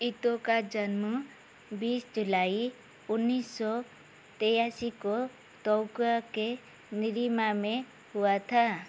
इतो का जन्म बीस जुलाई उन्नीस सौ तिरासी को तोक्वा के निरीमा में हुआ था